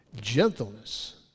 gentleness